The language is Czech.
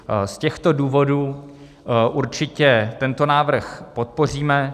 Z těchto důvodů určitě tento návrh podpoříme.